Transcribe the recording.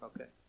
Okay